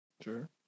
Sure